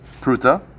pruta